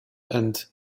and